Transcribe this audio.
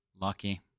Lucky